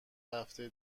هفته